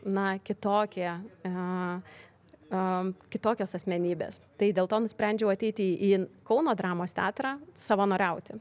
na kitokie kitokios asmenybės tai dėl to nusprendžiau ateiti į kauno dramos teatrą savanoriauti